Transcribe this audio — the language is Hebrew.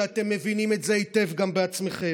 שאתם מבינים את זה היטב גם בעצמכם.